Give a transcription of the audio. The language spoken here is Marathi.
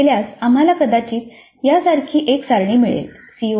आपण असे केल्यास आम्हाला कदाचित यासारखी एक सारणी मिळेल